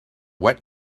wet